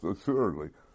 assuredly